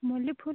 ମଲ୍ଲି ଫୁଲ୍